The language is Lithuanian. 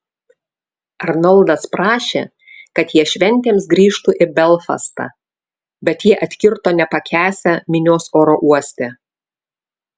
arnoldas prašė kad jie šventėms grįžtų į belfastą bet jie atkirto nepakęsią minios oro uoste